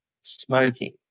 smoking